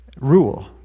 rule